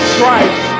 Christ